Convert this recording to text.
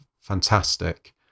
fantastic